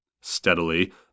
Steadily